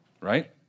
Right